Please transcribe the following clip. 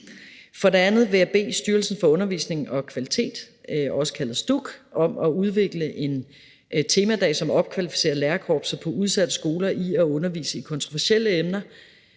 For det andet vil jeg bede Styrelsen for Undervisning og Kvalitet, også kaldet STUK, om at udvikle en temadag, som opkvalificerer lærerkorpset på udsatte skoler i at undervise i kontroversielle emner.